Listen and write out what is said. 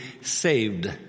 saved